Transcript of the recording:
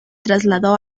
trasladó